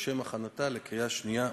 לשם הכנתה לקריאה שנייה ושלישית.